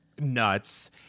Nuts